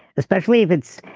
especially if it's,